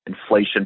inflation